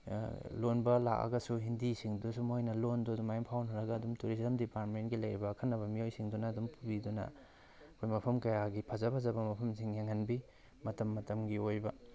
ꯂꯣꯟꯕ ꯂꯥꯛꯑꯒꯁꯨ ꯍꯤꯟꯗꯤꯁꯤꯡꯗꯨꯁꯨ ꯃꯣꯏꯅ ꯂꯣꯜꯗꯨ ꯑꯗꯨꯃꯥꯏꯅ ꯐꯥꯎꯅꯔꯒ ꯑꯗꯨꯝ ꯇꯨꯔꯤꯖꯝ ꯗꯤꯄꯥꯔꯠꯃꯦꯟꯒꯤ ꯂꯩꯔꯤꯕ ꯑꯈꯟꯅꯕ ꯃꯤꯑꯣꯏꯁꯤꯡꯗꯨꯅ ꯑꯗꯨꯝ ꯄꯨꯕꯤꯗꯨꯅ ꯑꯩꯈꯣꯏ ꯃꯐꯝ ꯀꯌꯥꯒꯤ ꯐꯖ ꯐꯖꯕ ꯃꯐꯝꯁꯤꯡ ꯌꯦꯡꯍꯟꯕꯤ ꯃꯇꯝ ꯃꯇꯝꯒꯤ ꯑꯣꯏꯕ